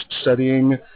studying